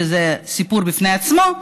שזה סיפור בפני עצמו,